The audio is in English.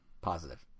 Positive